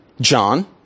John